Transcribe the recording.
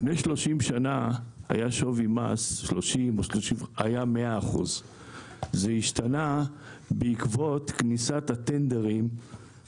לפני כ-30 שנה שווי המס היה 100%. זה השתנה בעקבות כניסת הטנדרים,